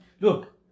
look